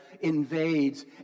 invades